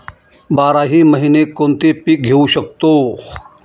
बाराही महिने कोणते पीक घेवू शकतो?